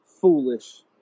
foolish